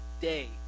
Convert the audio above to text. day